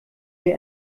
wir